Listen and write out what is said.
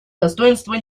достоинство